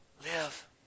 Live